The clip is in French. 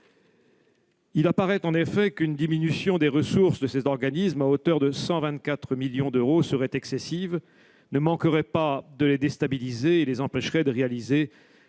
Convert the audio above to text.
publics. En effet, une diminution des ressources de ces organismes à hauteur de 124 millions d'euros serait excessive, ne manquerait pas de les déstabiliser et les empêcherait de réaliser